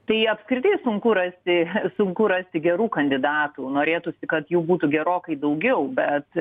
tai apskritai sunku rasti sunku rasti gerų kandidatų norėtųsi kad jų būtų gerokai daugiau bet